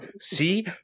See